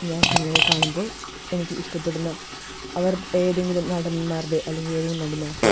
ഞാൻ സിനിമകൾ കാണുമ്പോൾ എനിക്കിഷ്ടപ്പെടുന്ന അവർ ഏതെങ്കിലും നടന്മാരുടെയോ അല്ലെങ്കിൽ ഏതെങ്കിലും നടിമാരുടെയോ